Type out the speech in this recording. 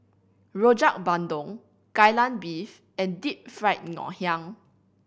Rojak Bandung Kai Lan Beef and Deep Fried Ngoh Hiang